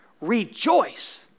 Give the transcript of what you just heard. Rejoice